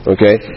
Okay